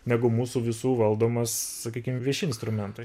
negu mūsų visų valdomas sakykim vieši instrumentai